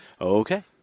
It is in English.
Okay